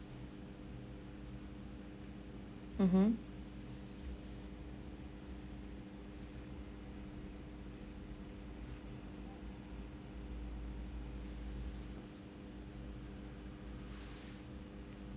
mmhmm